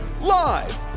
Live